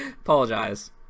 Apologize